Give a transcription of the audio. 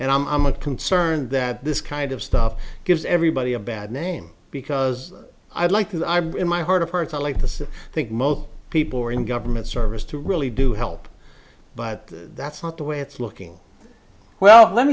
and i'm a concerned that this kind of stuff gives everybody a bad name because i'd like to i'm in my heart of hearts i like this i think most people who are in government service to really do help but that's not the way it's looking well let